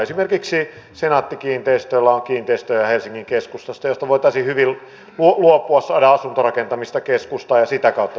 esimerkiksi senaatti kiinteistöillä on helsingin keskustassa kiinteistöjä joista voitaisiin hyvin luopua saada asuntorakentamista keskustaan ja sitä kautta tuloja